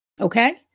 Okay